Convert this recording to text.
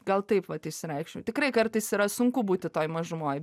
gal taip vat išsireikšiu tikrai kartais yra sunku būti toj mažumoj